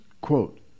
quote